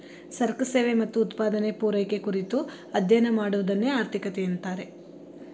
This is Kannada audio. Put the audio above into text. ಸರಕು ಸೇವೆ ಮತ್ತು ಉತ್ಪಾದನೆ, ಪೂರೈಕೆ ಕುರಿತು ಅಧ್ಯಯನ ಮಾಡುವದನ್ನೆ ಆರ್ಥಿಕತೆ ಅಂತಾರೆ